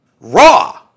Raw